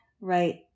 Right